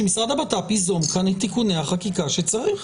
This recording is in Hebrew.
שמשרד הבט"פ יזום כאן את תיקוני החקיקה שצריך.